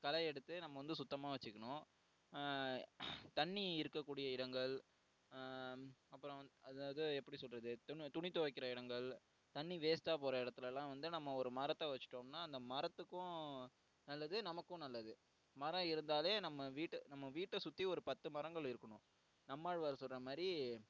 களை எடுத்து நம்ம வந்து சுத்தமாக வச்சுக்கணும் தண்ணி இருக்கக்கூடிய இடங்கள் அப்புறம் வந் அதாவது எப்படி சொல்கிறது துணி துணி துவைக்கிற இடங்கள் தண்ணி வேஸ்ட்டாக போகிற இடத்துலலாம் வந்து நம்ம ஒரு மரத்தை வச்சுட்டோம்னால் அந்த மரத்துக்கும் நல்லது நமக்கும் நல்லது மரம் இருந்தாலே நம்ம வீட்டை நம்ம வீட்டை சுற்றி ஒரு பத்து மரங்கள் இருக்கணும் நம்மாழ்வார் சொல்கிற மாதிரி